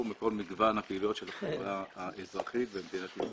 מכל מגוון הפעילויות של החברה האזרחית במדינת ישראל.